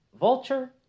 Vulture